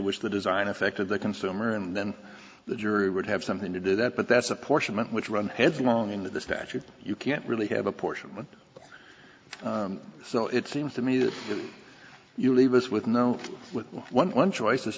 which the design affected the consumer and then the jury would have something to do that but that's apportionment which run headlong into the statute you can't really have a portion so it seems to me that if you leave us with no one choice